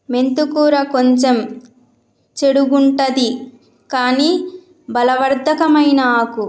మెంతి కూర కొంచెం చెడుగుంటది కని బలవర్ధకమైన ఆకు